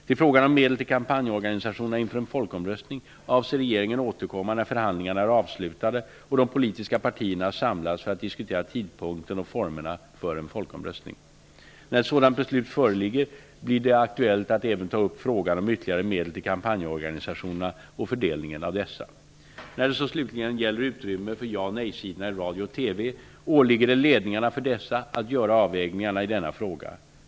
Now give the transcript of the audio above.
Till frågan om medel till kampanjorganisationerna inför en folkomröstning avser regeringen återkomma när förhandlingarna är avslutade och de politiska partierna samlas för att diskutera tidpunkten och formerna för en folkomröstning. När ett sådant beslut föreligger blir det aktuellt att även ta upp frågan om ytterligare medel till kampanjorganisationerna och fördelningen av dessa. När det gäller utrymme för ja och nejsidorna i radio och TV åligger det ledningarna för dessa att göra avvägningarna i denna fråga.